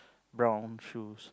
brown shoes